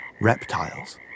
reptiles